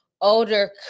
older